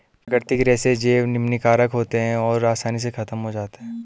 प्राकृतिक रेशे जैव निम्नीकारक होते हैं और आसानी से ख़त्म हो जाते हैं